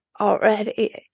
already